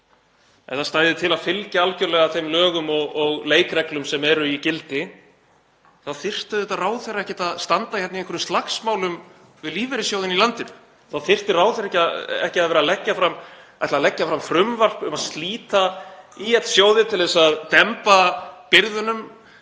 ef það stæði til að fylgja algerlega þeim lögum og leikreglum sem eru í gildi, þá þyrfti auðvitað ráðherra ekkert að standa hérna í einhverjum slagsmálum við lífeyrissjóðina í landinu. Þá þyrfti ráðherra ekki að leggja fram frumvarp um að slíta ÍL-sjóði til að demba byrðunum